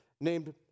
named